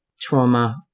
trauma